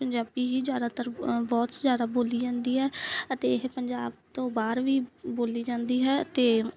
ਪੰਜਾਬੀ ਹੀ ਜ਼ਿਆਦਾਤਰ ਬਹੁਤ ਜ਼ਿਆਦਾ ਬੋਲੀ ਜਾਂਦੀ ਹੈ ਅਤੇ ਇਹ ਪੰਜਾਬ ਤੋਂ ਬਾਹਰ ਵੀ ਬੋਲੀ ਜਾਂਦੀ ਹੈ ਅਤੇ